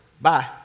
Bye